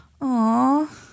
Aw